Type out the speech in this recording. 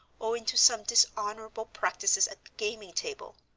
owing to some dishonorable practices at the gaming table.